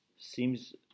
seems